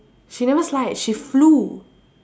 she never slide she flew